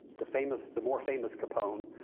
the famous the more famous capone.